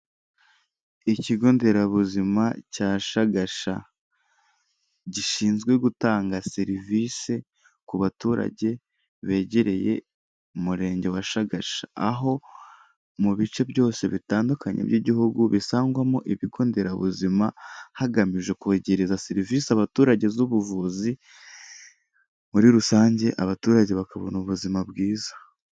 Ikigo nderabuzima cya Shagasha gishinzwe gutanga serivisi ku baturage begereye Umurenge wa Shagasha, aho mu bice byose bitandukanye by'igihugu bisangwamo ibigo nderabuzima hagamijwe kwegereza serivise abaturage z'ubuvuzi, muri rusange abaturage bakabona ubuzima bwiza.